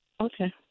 Okay